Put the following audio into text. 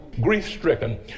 grief-stricken